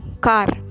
car